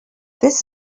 this